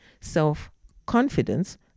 self-confidence